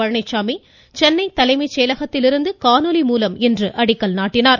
பழனிச்சாமி சென்னை தலைமைச் செயலகத்திலிருந்து காணொலி மூலம் இன்று அடிக்கல் நாட்டினார்